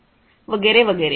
वगैरे वगैरे